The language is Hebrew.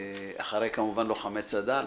כמובן אחרי לוחמי צד"ל.